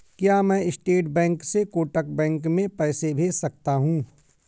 क्या मैं state bank से कोटक बैंक में पैसे भेज सकता हूँ?